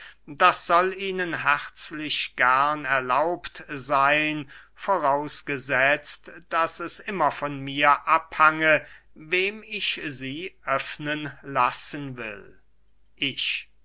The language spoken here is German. das soll ihnen herzlich gern erlaubt seyn vorausgesetzt daß es immer von mir abhange wem ich sie öffnen lassen will ich